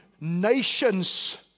nations